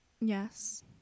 Yes